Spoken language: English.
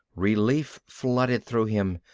relief flooded through him.